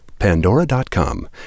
Pandora.com